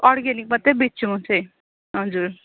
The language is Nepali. अर्ग्यानिक मात्रै बेच्छु म चाहिँ हजुर